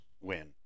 win